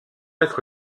être